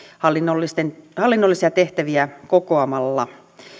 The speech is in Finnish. hallinnollisia hallinnollisia tehtäviä kokoamalla